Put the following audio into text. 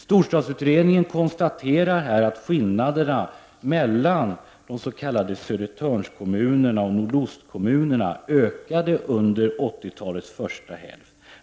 Storstadsutredningen konstaterar att skillnaderna mellan de s.k. Södertörnskommunerna och nordostkommunerna ökade under 1980-talets första hälft.